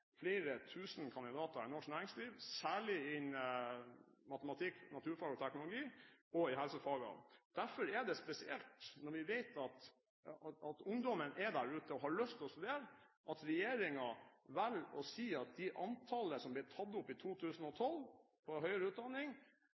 flere tusen kandidater i norsk næringsliv, særlig innen matematikk, naturfag og teknologi og i helsefagene. Derfor er det spesielt, når vi vet at ungdommen er der ute og har lyst til å studere, at regjeringen velger å si at det antallet som ble tatt opp på høyere utdanning